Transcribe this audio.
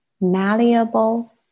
malleable